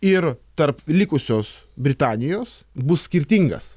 ir tarp likusios britanijos bus skirtingas